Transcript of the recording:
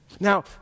Now